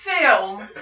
film